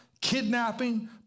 kidnapping